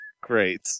Great